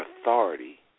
authority